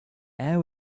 air